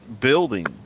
building